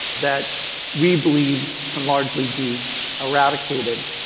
that we believe can largely be eradicated.